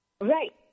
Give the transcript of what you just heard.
right